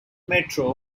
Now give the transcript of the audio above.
metro